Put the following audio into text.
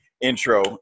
intro